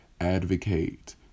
advocate